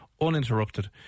uninterrupted